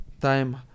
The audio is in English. time